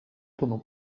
pendant